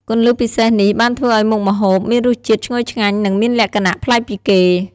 គន្លឹះពិសេសនេះបានធ្វើឱ្យមុខម្ហូបមានរសជាតិឈ្ងុយឆ្ងាញ់និងមានលក្ខណៈប្លែកពីគេ។